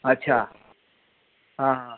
अच्छा हां हां